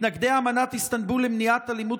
מתנגדי אמנת איסטנבול למניעת אלימות